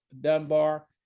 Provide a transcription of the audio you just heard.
Dunbar